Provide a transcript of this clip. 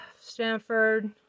Stanford